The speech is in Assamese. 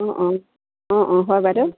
অঁ অঁ অঁ অঁ হয় বাইদেউ